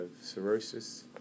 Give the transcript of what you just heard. cirrhosis